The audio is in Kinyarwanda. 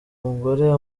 umugore